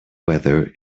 weather